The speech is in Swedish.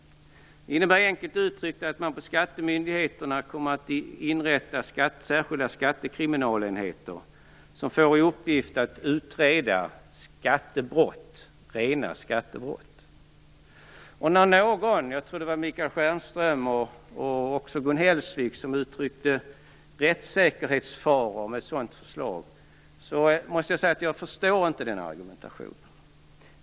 Enkelt uttryckt innebär det att man på skattemyndigheterna kommer att inrätta särskilda skattekriminalenheter som skall ha i uppgift att utreda rena skattebrott. Michael Stjernström och Gun Hellsvik uttryckte farhågor angående rättssäkerheten med ett sådant förslag. Jag förstår inte den argumentationen.